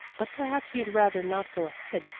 but perhaps you'd rather not go ahead.